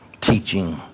teaching